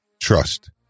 trust